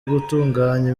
gutunganya